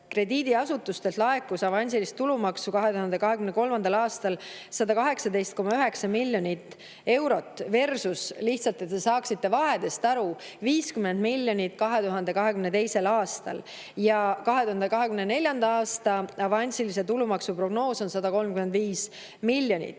krediidiasutustelt avansilist tulumaksu 118,9 miljonit eurotversus– lihtsalt et te saaksite vahest aru – 50 miljonit 2022. aastal. 2024. aasta avansilise tulumaksu prognoos on 135 miljonit.